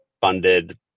funded